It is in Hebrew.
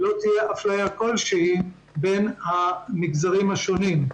לא תהיה אפליה כלשהי בין המגזרים השונים.